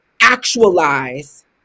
actualize